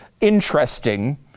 interesting